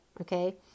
Okay